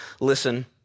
listen